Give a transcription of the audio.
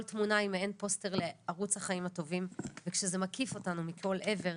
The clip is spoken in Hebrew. כל תמונה היא מאין פוסטר לערוץ החיים הטובים וכשזה מקיף אותנו מכל עבר,